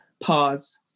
pause